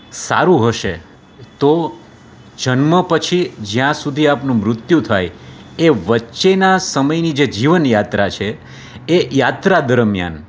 સારું હશે તો જન્મ પછી જ્યાં સુધી આપનું મૃત્યુ થાય એ વચ્ચેના સમયની જે જીવન યાત્રા છે એ યાત્રા દરમિયાન